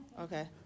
okay